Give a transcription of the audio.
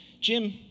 Jim